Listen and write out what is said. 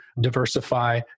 diversify